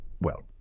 Well